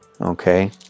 okay